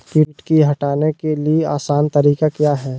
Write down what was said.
किट की हटाने के ली आसान तरीका क्या है?